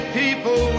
people